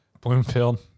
Bloomfield